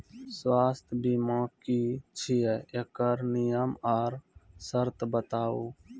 स्वास्थ्य बीमा की छियै? एकरऽ नियम आर सर्त बताऊ?